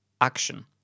action